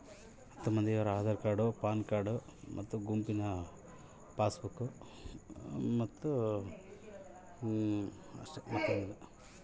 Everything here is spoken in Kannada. ನಾವು ಹತ್ತು ಮಂದಿ ಸೇರಿ ಸ್ವಸಹಾಯ ಗುಂಪು ಮಾಡಿದ್ದೂ ನಮಗೆ ಸಾಲ ಪಡೇಲಿಕ್ಕ ಏನೇನು ದಾಖಲಾತಿ ಕೊಡ್ಬೇಕು?